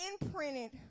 imprinted